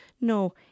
No